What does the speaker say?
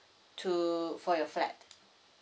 to for your fat